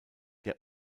der